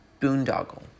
boondoggle